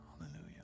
Hallelujah